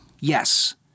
Yes